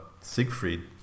Siegfried